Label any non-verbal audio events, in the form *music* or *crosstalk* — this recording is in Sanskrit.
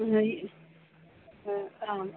*unintelligible* आम् आम्